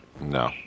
No